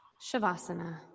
Shavasana